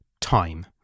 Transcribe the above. Time